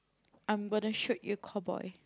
I'm gonna shoot you call boy